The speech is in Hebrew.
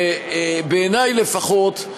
ובעיני לפחות,